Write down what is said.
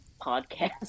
podcast